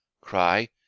cry